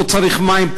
פה צריך מים,